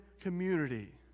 community